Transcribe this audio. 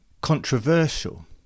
controversial